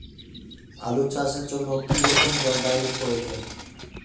আলু চাষের জন্য কি রকম জলবায়ুর প্রয়োজন?